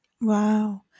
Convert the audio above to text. Wow